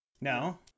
No